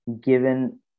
given